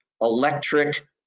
electric